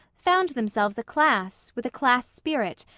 found themselves a class, with a class spirit,